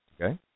Okay